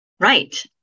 Right